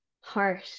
heart